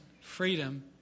freedom